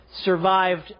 survived